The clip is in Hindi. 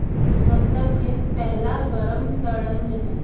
सप्तक में पहला स्वरम षडज है